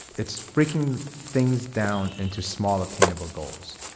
it's breaking things down into small, attainable goals.